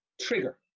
trigger